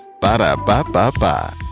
Ba-da-ba-ba-ba